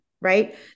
Right